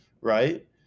right